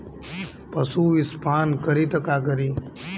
पशु विषपान करी त का करी?